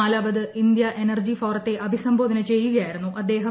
നാലാമത് India energy ഫോറത്തെ അഭിസംബോധന ചെയ്യുകയായിരുന്നു അദ്ദഹം